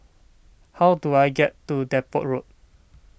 how do I get to Depot Road